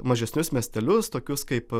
mažesnius miestelius tokius kaip